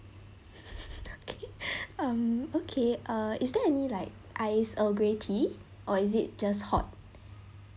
okay um okay uh is there any like iced earl grey tea or is it just hot